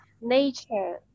nature